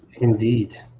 Indeed